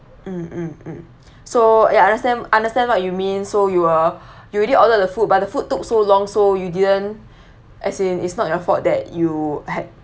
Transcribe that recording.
mm mm mm so ya I understand understand what you mean so you were you already ordered the food but the food took so long so you didn't as in it's not your fault that you had